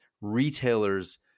retailers